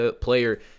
player